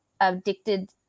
addicted